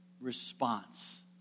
response